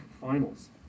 finals